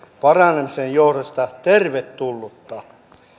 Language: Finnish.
paranemisen johdosta tervetullutta